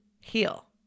heal